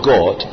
God